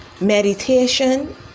Meditation